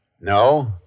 No